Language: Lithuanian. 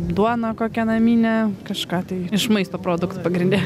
duona kokia namine kažką tai iš maisto produktų pagrinde